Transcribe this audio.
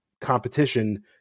competition